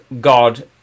God